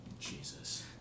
Jesus